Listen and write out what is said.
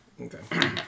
Okay